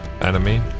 enemy